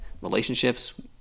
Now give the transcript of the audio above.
relationships